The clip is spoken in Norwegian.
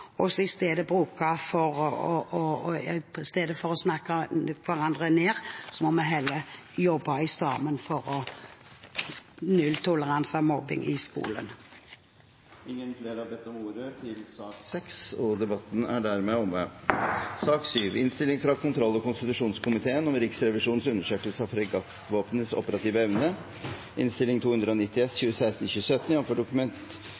mobbing, og i stedet for å snakke hverandre ned må vi heller jobbe sammen for nulltoleranse for mobbing i skolen. Flere har ikke bedt om ordet til sak nr. 6. Denne saken gjelder Riksrevisjonens undersøkelse av fregattvåpenets operative evne, Dokument